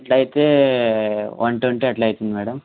అట్ల అయితే one twenty అట్లా అవుతుంది మేడం